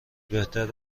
بهتر